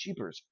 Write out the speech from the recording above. cheapers